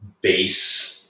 base